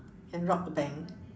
can rob the bank